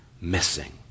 missing